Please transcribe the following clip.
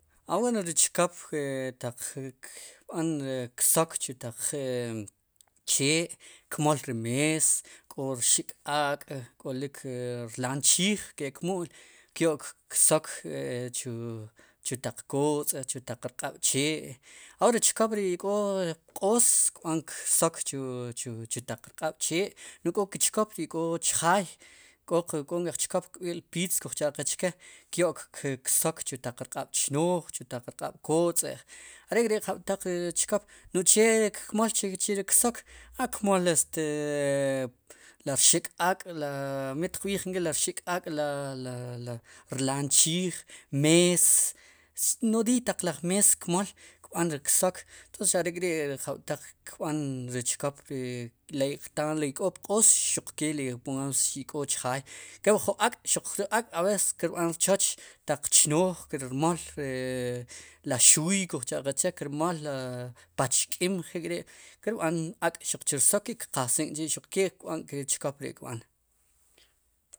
Awen ri chkop ri kb'an ri sook chu taq chee' kmol ri mees k'o rxik'ak' k'olik rlaan chiij ke' kmu'l kyo'k kok chu taq kptz'a' chu taq rq'ab' chee' awor ri chkop ri ik' pq'oos kbán ksok chu taq rq'ab' chee' n'oj k'o ke chkop ri ik'o chjaay k'o nkej chkop kb'i'pitz kuj cha' qe chke kyo'k ksok chu taq rq'ab' chnooj chutaq rq'ab' kotz'a' are'k'ri' jab'taq chkop no'j che ri kmol chu rik sok a kmol ri kxik'ak' mitqb'iij nk'i ri rxik'ak'la, li rlaan chiij mees nodiiy laj taq laj mees kmol kb'an ri ksok entonces are'kri' jab'taq kb'an ri chkop ri ley qta ri ik'o pq'oos xuqke li pongamos li ik'o chjaay kop jun ak' aves kirb'an rchoch ptaq chnooj kirmol la xuuykujcha'qe che' kirmool li paxq'im kirb'an ak' xuq chu rsok kqasink'chi' xuq ke kb'an k'ri chkop kb'an.